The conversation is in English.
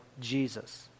Jesus